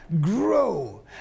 grow